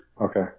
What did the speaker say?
Okay